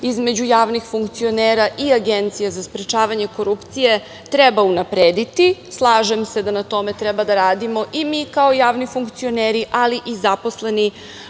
između javnih funkcionera i Agencije za sprečavanje korupcije treba unaprediti, slažem se da na tome treba da radimo i mi kao javni funkcioneri, ali i zaposleni